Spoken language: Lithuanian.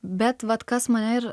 bet vat kas mane ir